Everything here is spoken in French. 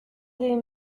des